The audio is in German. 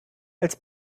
als